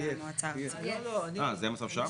--- מה שכתוב פה,